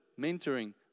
mentoring